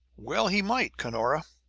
well he might! cunora,